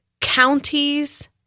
counties